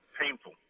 painful